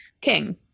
king